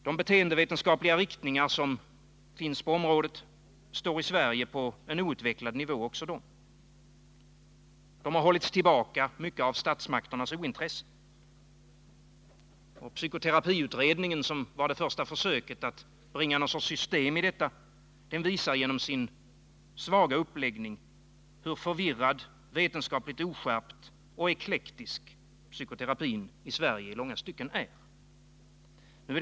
De beteendevetenskapliga riktningar som finns på området står i Sverige på en outvecklad nivå. De har hållits tillbaka, mycket av statsmakternas ointresse. Psykoterapiutredningen, som var det första försöket att bringa någon sorts system i detta, visar genom sin svaga uppläggning hur förvirrad, vetenskapligt oskärpt och eklektisk psykoterapin i Sverige i många stycken är.